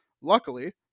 Luckily